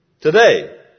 today